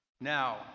Now